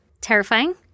Terrifying